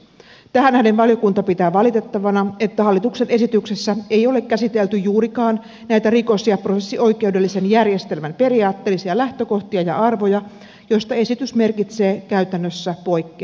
tähän nähden valiokunta pitää valitettavana että hallituksen esityksessä ei ole käsitelty juurikaan näitä rikos ja prosessioikeudellisen järjestelmän periaatteellisia lähtökohtia ja arvoja joista esitys merkitsee käytännössä poikkeamista